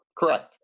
Correct